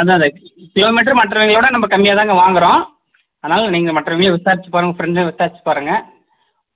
அதான் அந்த கிலோமீட்டர் மற்றவங்களோட நம்ம கம்மியாக தான்ங்க வாங்குறோம் அதனால் நீங்கள் மற்றவங்கள விசாரித்து பாருங்கள் ஃப்ரெண்டை விசாரித்து பாருங்கள்